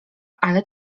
ale